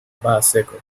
bicycle